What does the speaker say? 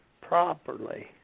properly